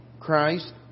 Christ